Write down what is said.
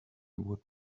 would